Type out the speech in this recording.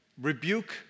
rebuke